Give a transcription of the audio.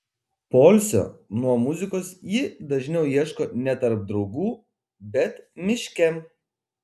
poilsio nuo muzikos ji dažniau ieško ne tarp draugų bet miške